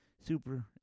super